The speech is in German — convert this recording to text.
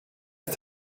ist